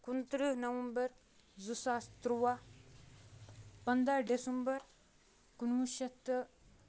کُنتٕرہ November زٕ ساس تٕرٛوا پَنداہ ڈیٚسمبَر کُنوُہ شیٚتھ تہٕ